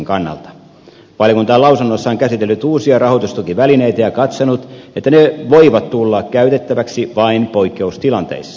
valiokunta on lausunnossaan käsitellyt uusia rahoitustukivälineitä ja katsonut että ne voivat tulla käytettäväksi vain poikkeustilanteissa